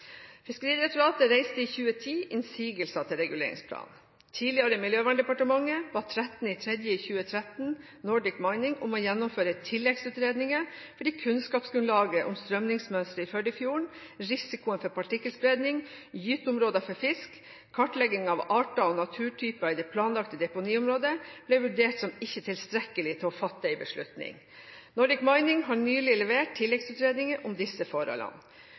Fiskeridirektoratet reiste i 2010 innsigelser til reguleringsplanen. Tidligere Miljøverndepartementet ba 13. mars 2013 Nordic Mining om å gjennomføre tilleggsutredninger fordi kunnskapsgrunnlaget om strømningsmønsteret i Førdefjorden, risikoen for partikkelspredning, gyteområder for fisk, kartlegging av arter og naturtyper i det planlagte deponiområdet ble vurdert som ikke tilstrekkelig til å fatte en beslutning. Nordic Mining har nylig levert tilleggsutredninger om disse forholdene.